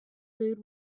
food